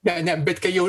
ne ne bet kai jau